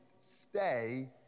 stay